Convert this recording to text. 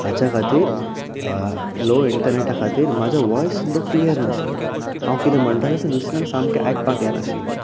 हाच्या खातीर लो इंटरनॅट खातीर म्हजो वॉयस सुद्दा क्लियर नाशिल्लो हांव कितें म्हणटा तशें दुसऱ्याक सामकें आयकपाक येनाशिल्लें